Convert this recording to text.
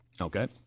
Okay